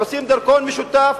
עושים דרכון משותף,